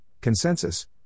consensus